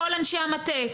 כל אנשי המטה,